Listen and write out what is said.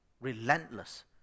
Relentless